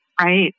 Right